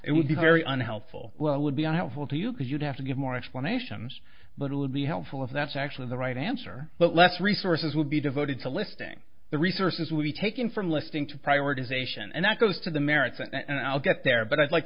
it would be very unhelpful well it would be unhelpful to you because you'd have to give more explanations but it would be helpful if that's actually the right answer but less resources would be devoted to listing the resources will be taken from listing to prioritization and that goes to the merits and i'll get there but i'd like